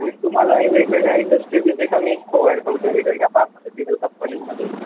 with तुम्हाला वेगवेगळ्या industry visit आम्ही प्रोवाईड करतो वेगळ्या फार्मस्युटिकल कंपनीजमध्ये